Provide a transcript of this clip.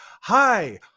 hi